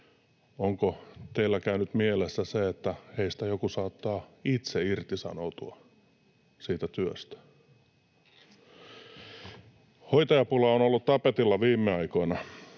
onko teillä käynyt mielessä se, että heistä joku saattaa itse irtisanoutua siitä työstä? Hoitajapula on ollut tapetilla viime aikoina.